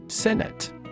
Senate